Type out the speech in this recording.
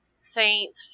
faint